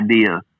idea